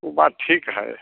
वह बात ठीक है